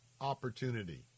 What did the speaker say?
opportunity